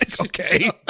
Okay